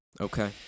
Okay